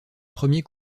premier